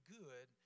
good